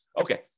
Okay